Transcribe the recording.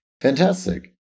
Fantastic